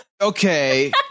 okay